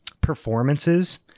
performances